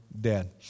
dead